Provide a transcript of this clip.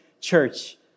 church